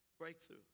Breakthrough